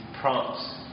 prompts